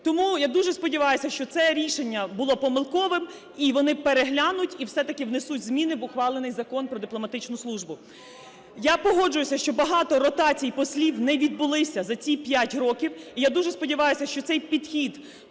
Тому я дуже сподіваюся, що це рішення було помилковим, і вони переглянуть і все-таки внесуть зміни в ухвалений Закон "Про дипломатичну службу". Я погоджуюся, що багато ротацій послів не відбулися за ці 5 років, і я дуже сподіваюся, що цей підхід,